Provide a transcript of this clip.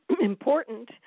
important